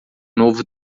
novo